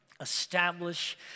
establish